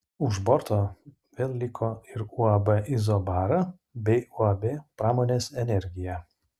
už borto vėl liko ir uab izobara bei uab pramonės energija